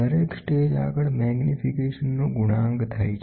દરેક સ્ટેજ આગળ મેગ્નીફિકેશન નો ગુણાંક થાય છે